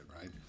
Right